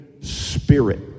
spirit